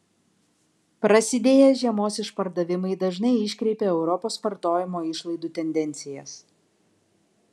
prasidėję žiemos išpardavimai dažnai iškreipia europos vartojimo išlaidų tendencijas